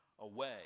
away